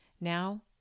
Now